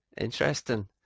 interesting